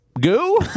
goo